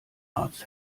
arzt